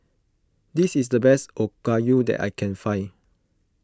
this is the best Okayu that I can find